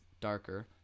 darker